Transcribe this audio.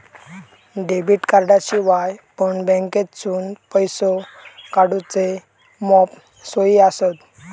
debit कार्डाशिवाय पण बँकेतसून पैसो काढूचे मॉप सोयी आसत